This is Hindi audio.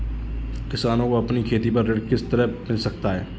किसानों को अपनी खेती पर ऋण किस तरह मिल सकता है?